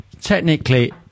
technically